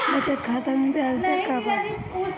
बचत खाता मे ब्याज दर का बा?